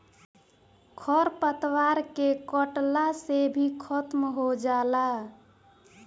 खर पतवार के कटला से भी खत्म हो जाला